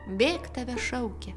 bėk tave šaukia